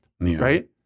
right